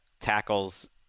tackles